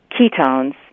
ketones